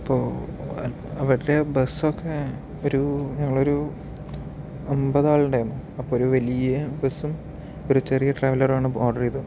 അപ്പോൾ അവരുടെ ബസ്സൊക്കെ ഒരു നമ്മളൊരു അമ്പത് ആളുണ്ടായിരുന്നു അപ്പോൾ ഒരു വലിയ ബസ്സും ഒരു ചെറിയ ട്രാവെലർ ആണ് ഓർഡർ ചെയ്തത്